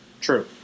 True